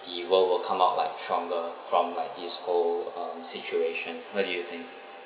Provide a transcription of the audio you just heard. the world will come out like stronger from like this whole um situation what do you think